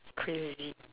crazy